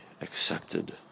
accepted